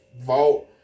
vault